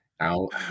Out